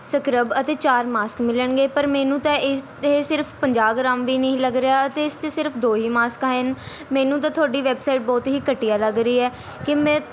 scrub ਅਤੇ ਚਾਰ mask ਮਿਲਣਗੇ ਪਰ ਮੈਨੂੰ ਤਾਂ ਇਹ ਇਹ ਸਿਰਫ ਪੰਜਾਹ ਗ੍ਰਾਮ ਵੀ ਨਹੀ ਲੱਗ ਰਿਹਾ ਅਤੇ ਇਸ 'ਚ ਸਿਰਫ ਦੋ ਹੀ ਮਾਸਕ ਆਏ ਹਨ ਮੈਨੂੰ ਤਾਂ ਤੁਹਾਡੀ ਵੈੱਬਸਾਈਟ ਬਹੁਤ ਹੀ ਘਟੀਆ ਲੱਗ ਰਹੀ ਹੈ ਕਿ ਮੈਂ